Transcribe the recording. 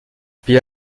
payer